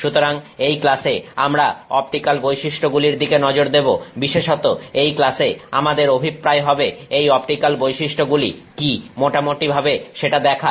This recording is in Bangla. সুতরাং এই ক্লাসে আমরা অপটিক্যাল বৈশিষ্ট্যগুলির দিকে নজর দেবো বিশেষত এই ক্লাসে আমাদের অভিপ্রায় হবে এই অপটিক্যাল বৈশিষ্ট্যগুলি কি মোটামুটি ভাবে সেটা দেখা